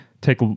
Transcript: take